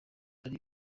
ari